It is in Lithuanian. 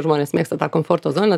žmonės mėgsta tą komforto zoną